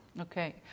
Okay